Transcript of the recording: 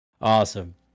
Awesome